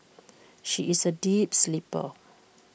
she is A deep sleeper